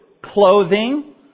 Clothing